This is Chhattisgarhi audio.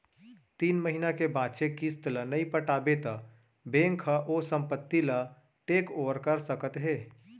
तीन महिना के बांचे किस्त ल नइ पटाबे त बेंक ह ओ संपत्ति ल टेक ओवर कर सकत हे